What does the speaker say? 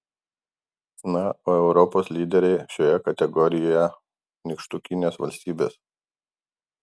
na o europos lyderiai šioje kategorijoje nykštukinės valstybės